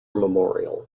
memorial